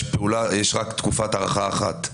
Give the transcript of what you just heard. יש רק תקופת הארכה אחת בחוק.